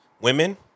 Women